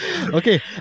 okay